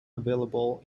available